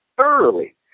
thoroughly